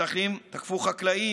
מתנחלים תקפו חקלאים,